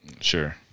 sure